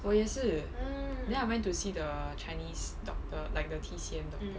我也是 then I went to see the chinese doctor like the T_C_M doctor